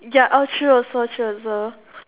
ya all true also true also